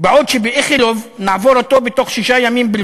ירך?